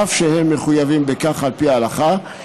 אף שהם מחויבים בכך על פי ההלכה,